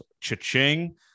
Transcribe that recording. cha-ching